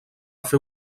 fer